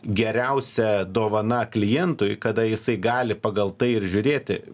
geriausia dovana klientui kada jisai gali pagal tai ir žiūrėti